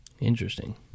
Interesting